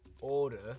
order